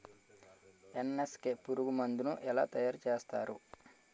NSK పురుగు మందు ను ఎలా తయారు చేస్తారు?